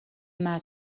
مرد